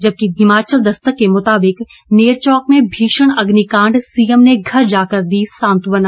जबकि हिमाचल दस्तक के मुताबिक नेरचौक में भीषण अग्निकांड सीएम ने घर जाकर दी सांत्वना